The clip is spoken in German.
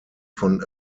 von